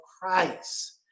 Christ